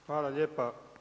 Hvala lijepa.